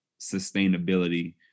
sustainability